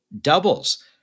doubles